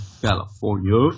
California